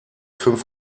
fünf